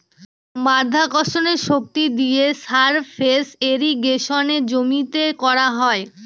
মাধ্যাকর্ষণের শক্তি দিয়ে সারফেস ইর্রিগেশনে জমিতে করা হয়